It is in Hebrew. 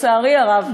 לצערי הרב,